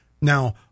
Now